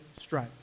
strike